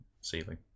ceiling